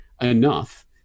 enough